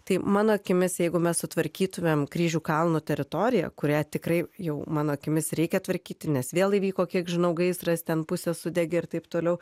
tai mano akimis jeigu mes sutvarkytumėm kryžių kalno teritoriją kurią tikrai jau mano akimis reikia tvarkyti nes vėl įvyko kiek žinau gaisras ten pusė sudegė ir taip toliau